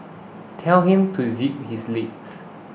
tell him to zip his lips